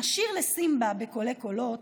// נשיר לסימבה בקולי קולות,